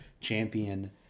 champion